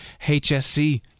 HSC